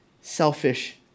selfish